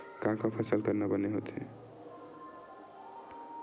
का का फसल करना बने होथे?